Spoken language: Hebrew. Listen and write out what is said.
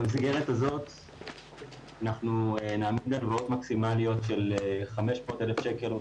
במסגרת הזאת נעמיד הלוואות מקסימליות של 500 אלף שקל או